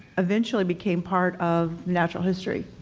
eventually became part of natural history.